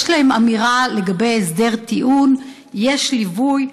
יש להם אמירה לגבי הסדר טיעון, יש ליווי.